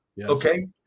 okay